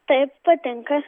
taip patinka